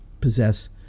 possess